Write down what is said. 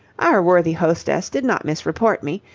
our worthy hostess did not misreport me.